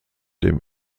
dem